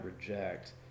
reject